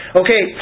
okay